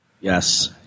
Yes